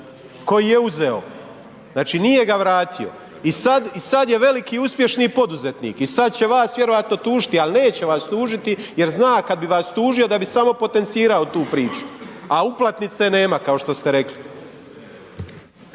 koji je uzeo. Znači nije ga vratio i sad, i sad je veliki uspješni poduzetnik i sad će vas vjerojatno tužiti, ali neće vas tužiti jer zna kada bi vas tužio da bi samo potencirao tu priču, a uplatnice nema kao što ste rekli.